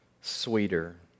sweeter